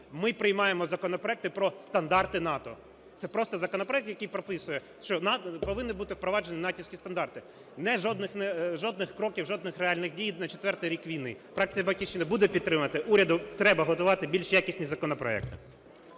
ми приймаємо законопроекти про стандарти НАТО. Це просто законопроект, який прописує, що повинні бути впроваджені натівські стандарти, жодних кроків, жодних реальних дій на четвертий рік війни. Фракція "Батьківщина" буде підтримувати. Уряду треба готувати більш якісні законопроекти.